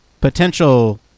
potential